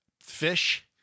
fish